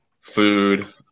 food